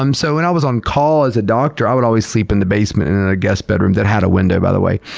um so when i was on call as a doctor, i would always sleep in the basement in our and guest bedroom that had a window by the way.